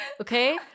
Okay